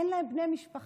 אין להם בני משפחה,